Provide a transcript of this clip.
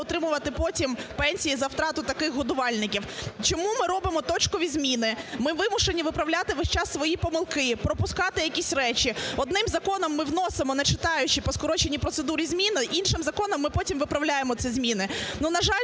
отримувати потім пенсії за втрату таких годувальників? Чому ми робимо точкові зміни? Ми вимушені виправляти весь час свої помилки, пропускати якісь речі. Одним законом ми вносимо, не читаючи, по скороченій процедурі зміни, іншим законом ми потім виправляємо ці зміни. Ну, на жаль,